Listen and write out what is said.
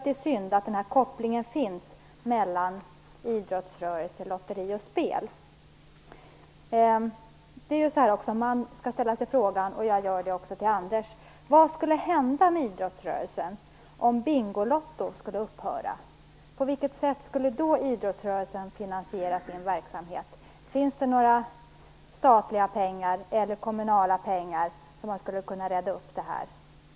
Det är synd att den här kopplingen finns mellan idrottsrörelse, lotteri och spel. Jag ställer den här frågan till Anders Nilsson: Vad skulle hända med idrottsrörelsen om Bingolotto skulle upphöra? På vilket sätt skulle då idrottsrörelsen finansiera sin verksamhet? Finns det några statliga eller kommunala pengar som skulle kunna rädda verksamheten?